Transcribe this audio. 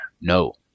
No